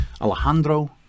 Alejandro